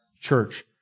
church